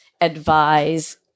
advise